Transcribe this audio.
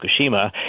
Fukushima